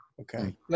Okay